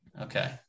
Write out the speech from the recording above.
Okay